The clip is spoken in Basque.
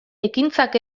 ekintzak